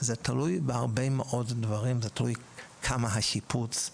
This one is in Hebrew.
זה תלוי בהרבה מאוד דברים זה תלוי בכמה השיפוץ,